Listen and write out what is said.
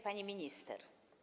Pani Minister!